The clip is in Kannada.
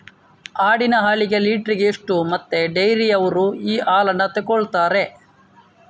ಆಡಿನ ಹಾಲಿಗೆ ಲೀಟ್ರಿಗೆ ಎಷ್ಟು ಮತ್ತೆ ಡೈರಿಯವ್ರರು ಈ ಹಾಲನ್ನ ತೆಕೊಳ್ತಾರೆ?